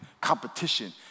competition